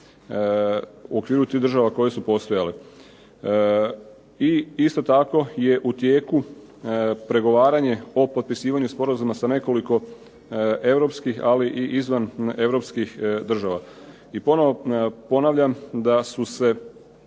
u okviru tih država koje su postojale. I isto tako je u tijeku pregovaranje o potpisivanju sporazuma sa nekoliko europskih, ali i izvaneuropskih država. I ponovo ponavljam da su se